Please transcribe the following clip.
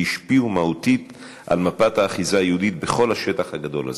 והשפיעו מהותית על מפת האחיזה היהודית בכל השטח הגדול הזה.